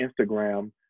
Instagram